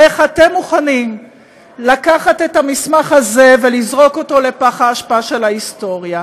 איך אתם מוכנים לקחת את המסמך הזה ולזרוק אותו לפח האשפה של ההיסטוריה?